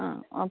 ആ